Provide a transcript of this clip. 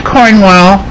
Cornwell